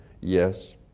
Yes